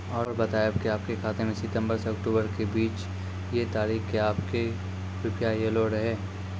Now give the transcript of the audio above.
और बतायब के आपके खाते मे सितंबर से अक्टूबर के बीज ये तारीख के आपके के रुपिया येलो रहे?